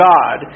God